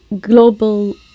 global